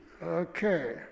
Okay